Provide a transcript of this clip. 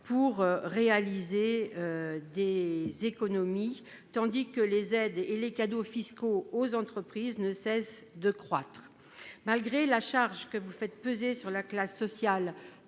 pour réaliser des économies, tandis que les aides et les cadeaux fiscaux aux entreprises ne cessent de croître. Vous faites peser la charge de votre réforme sur la classe sociale